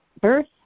birth